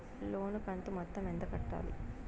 లోను కంతు మొత్తం ఎంత కట్టాలి?